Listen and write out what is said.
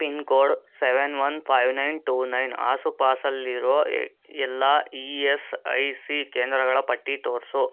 pin code seven one five nine two nine ಆಸುಪಾಸಲ್ಲಿರೋ ಎಲ್ಲ E S I C ಕೇಂದ್ರಗಳ ಪಟ್ಟಿ ತೋರಿಸು